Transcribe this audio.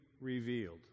revealed